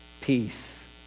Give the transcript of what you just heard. peace